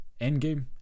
Endgame